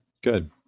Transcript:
good